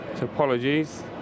apologies